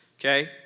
okay